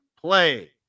play